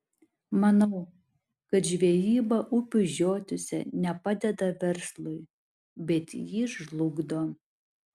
manau kad žvejyba upių žiotyse ne padeda verslui bet jį žlugdo